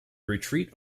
retreat